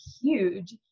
huge